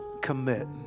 commit